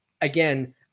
again